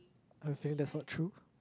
I feel that's not true